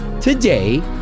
today